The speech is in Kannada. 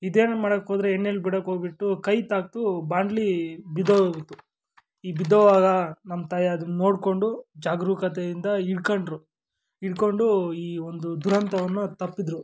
ಇದೇನು ಮಾಡೋಕ್ಕೋದ್ರೆ ಎಣ್ಣೇಲಿ ಬಿಡೋಕ್ಕೋಗಿಬಿಟ್ಟು ಕೈ ತಾಗಿತು ಬಾಂಡ್ಲೆ ಬಿದೋಯ್ತು ಈ ಬಿದ್ದೋಗ್ವಾಗ ನಮ್ಮ ತಾಯಿ ಅದನ್ನ ನೋಡಿಕೊಂಡು ಜಾಗರೂಕತೆಯಿಂದ ಹಿಡ್ಕಂಡ್ರು ಹಿಡ್ಕೊಂಡು ಈ ಒಂದು ದುರಂತವನ್ನು ತಪ್ಸಿದ್ರು